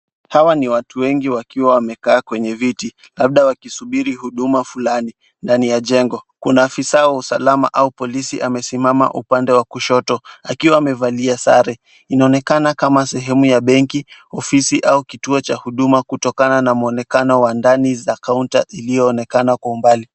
Hawa ni watu wengi wakiwa wamekaa kwenye viti labda wakisubiri huduma fulani ndani ya jengo. Kuna afisa wa usalama au polisi amesimama upande wa kushoto akiwa amevalia sare. Inaonekana kama sehemu ya benki, ofisi au kituo cha huduma kutokana na muonekano wa ndani za counter iliyoonekana kwa umbali.